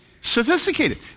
sophisticated